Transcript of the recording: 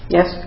Yes